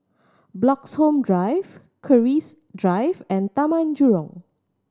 Bloxhome Drive Keris Drive and Taman Jurong